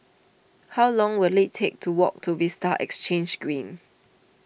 how long will it take to walk to Vista Exhange Green